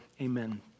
Amen